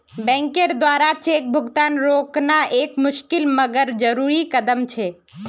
बैंकेर द्वारा चेक भुगतान रोकना एक मुशिकल मगर जरुरी कदम छे